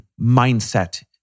mindset